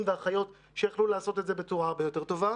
ואחיות שיכלו לעשות את זה בצורה הרבה יותר טובה.